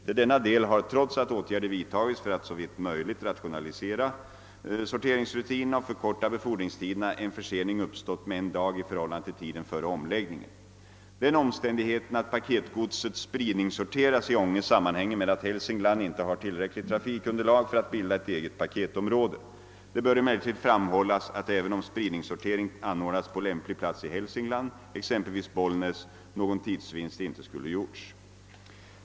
Till denna del har — trots att åtgärder vidtagits för att såvitt möjligt rationalisera sorteringsrutinerna och förkorta befordringstiderna — en försening uppstått med en dag i förhållande till tiden före omläggningen. Den omständigheten att paketgodset spridningssorteras i Ånge sammanhänger med att Hälsingland inte har tillräckligt trafikunderlag för att bilda ett eget paketområde. Det bör emellertid framhållas, att även om spridningssortering anordnats på lämplig plats i Hälsingland, exempelvis Bollnäs, någon tidsvinst inte skulle gjorts.